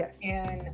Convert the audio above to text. Yes